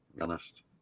Honest